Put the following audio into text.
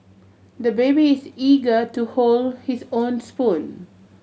the baby is eager to hold his own spoon